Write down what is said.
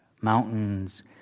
mountains